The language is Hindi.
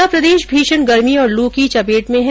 पूरा प्रदेश भीषण गर्मी और लू की चपेट में है